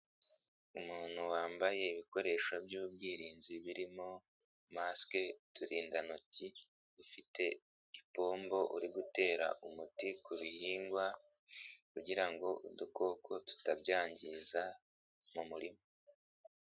Umuntu wambaye ibikoresho by'ubwirinzi birimo masike, uturindantoki ufite ipombo uri gutera umuti ku bihingwa kugirango udukoko tutabyangiza mu murima.